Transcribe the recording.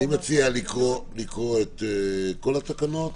אני מציע לקרוא את כל התקנות.